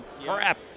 crap